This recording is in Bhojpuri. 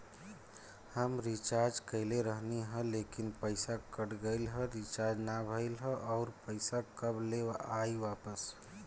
हम रीचार्ज कईले रहनी ह लेकिन पईसा कट गएल ह रीचार्ज ना भइल ह और पईसा कब ले आईवापस?